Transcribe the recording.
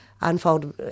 unfold